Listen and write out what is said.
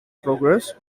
progress